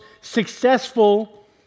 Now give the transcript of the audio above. successful